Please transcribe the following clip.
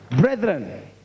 Brethren